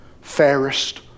fairest